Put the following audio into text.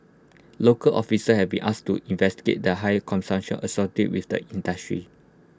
local officials have been asked to investigate the high consumption associated with the industry